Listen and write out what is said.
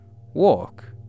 walk